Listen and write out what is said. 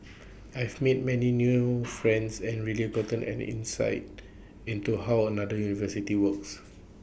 I've made many new friends and really gotten an insight into how another university works